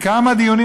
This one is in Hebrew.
וכמה דיונים,